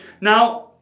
Now